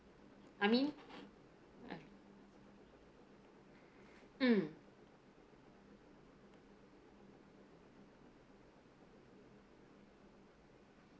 I mean mm